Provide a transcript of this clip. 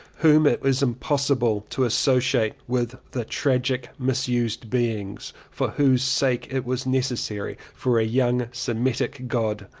whom it was impossible to associate with the tragic misused beings for whose sake it was necessary for a young semitic god,